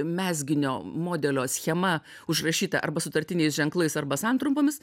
mezginio modelio schema užrašyta arba sutartiniais ženklais arba santrumpomis